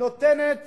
שנותנת